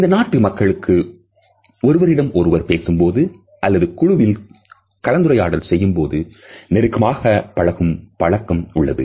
இந்த நாட்டு மக்களுக்கு ஒருவரிடம் ஒருவர் பேசும் பொழுதோ அல்லது குழுவில் கலந்துரையாடல் செய்யும்பொழுது நெருக்கமாக பழகும் பழக்கம் உள்ளது